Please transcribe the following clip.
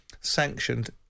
sanctioned